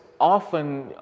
often